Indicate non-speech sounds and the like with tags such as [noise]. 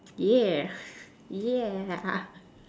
yeah [breath] yeah ah